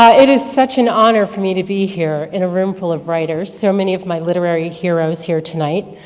ah it is such an honor for me to be here in a room full of writers. so many of my literary hero's here tonight.